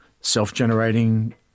self-generating